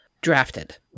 drafted